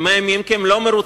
הם מאיימים כי הם לא מרוצים.